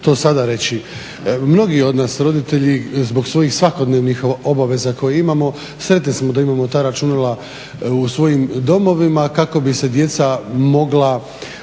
to sada reći. Mnogi od nas roditelji zbog svojih svakodnevnih obveza koje imamo sretni smo da imamo ta računala u svojim domovima kako bi se djeca mogla